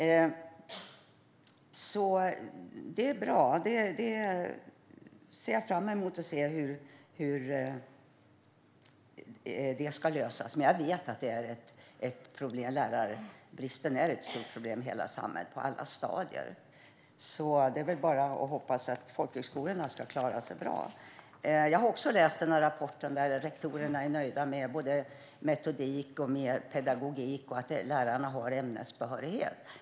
Detta är alltså bra, och jag ser fram emot att se hur det här ska lösas. Men jag vet att lärarbristen är ett stort problem i hela samhället och på alla stadier. Det är väl bara att hoppas att folkhögskolorna ska klara sig bra. Jag har också läst rapporten där rektorerna är nöjda med både metodik och pedagogik och att lärarna har ämnesbehörighet.